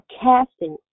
Casting